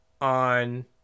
on